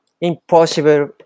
impossible